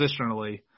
positionally